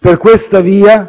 Per questa via,